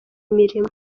imirimo